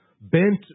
bent